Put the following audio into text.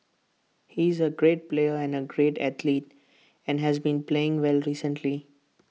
he is A great player and A great athlete and has been playing well recently